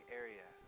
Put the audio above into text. area